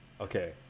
okay